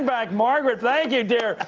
back margaret, thank you dear,